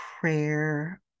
prayer